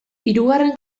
hirugarren